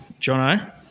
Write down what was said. Jono